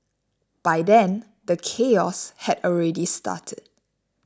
by then the chaos had already started